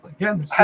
again